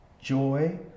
joy